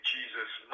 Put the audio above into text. Jesus